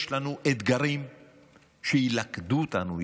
יש לנו אתגרים שילכדו אותנו,